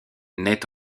naît